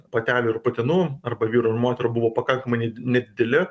patelių ir putinų arba vyrų ir moterų buvo pakankamai nedideli